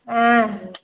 ஆ